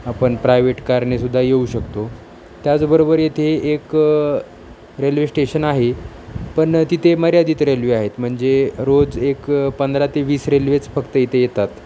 आपण प्रायवेट कारनेसुद्धा येऊ शकतो त्याचबरोबर येथे एक रेल्वे स्टेशन आहे पण तिथे मर्यादित रेल्वे आहेत म्हणजे रोज एक पंधरा ते वीस रेल्वेच फक्त इथे येतात